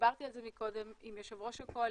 דיברתי על זה מקודם עם יושב ראש הקואליציה,